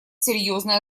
серьезной